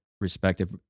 respective